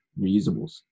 Reusables